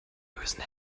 bösen